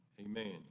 amen